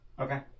Okay